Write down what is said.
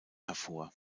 hervor